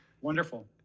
Wonderful